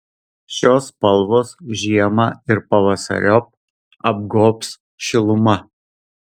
šios spalvos žiemą ir pavasariop apgobs šiluma